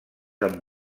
amb